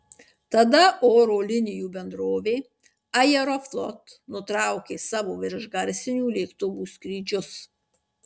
tada oro linijų bendrovė aeroflot nutraukė savo viršgarsinių lėktuvų skrydžius